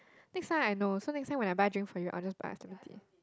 next time I know so next time when I buy drink for you I will just buy ice lemon tea